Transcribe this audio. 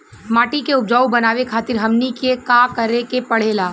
माटी के उपजाऊ बनावे खातिर हमनी के का करें के पढ़ेला?